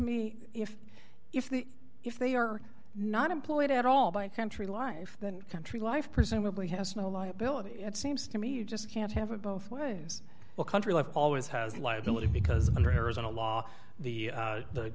me if if the if they are not employed at all by country life then country life presumably has no liability it seems to me you just can't have it both ways a country life always has liability because under arizona law the